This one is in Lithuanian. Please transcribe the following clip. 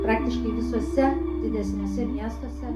praktiškai visuose didesniuose miestuose